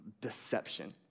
deception